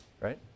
right